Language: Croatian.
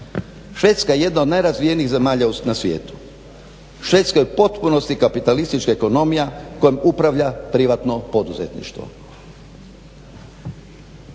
Švedska je jedna od najrazvijenijih zemalja na svijetu, Švedska je u potpunosti kapitalistička ekonomija kojom upravlja privatno poduzetništvo.